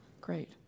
Great